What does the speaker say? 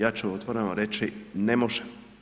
Ja ću otvoreni reći, ne može.